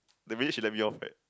the minute she let me off right